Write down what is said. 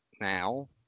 now